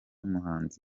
muhanzi